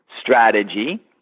strategy